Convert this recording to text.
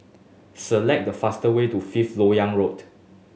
select the fastest way to Fifth Lok Yang Road